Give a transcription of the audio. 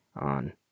on